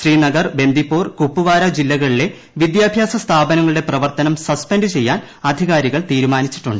ശ്രീനഗർ ബന്ദിപ്പോറ് കുപ്വാര ജില്ലകളിലെ വിദ്യാഭ്യാസ്ഥാപനങ്ങളുടെ പ്രവർത്തനം സസ്പെന്റ് ചെയ്യാൻ അധികാരികൾ തീരുമാനിച്ചിട്ടുണ്ട്